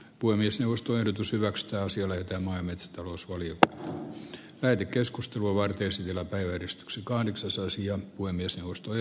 puhemiesneuvosto eli pysyvä ekstaasi ole omaa metsätalousmalli on käyty keskustelua varten siellä päivystksi kahdeksasosia kuin mies suostui